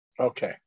Okay